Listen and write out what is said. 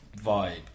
vibe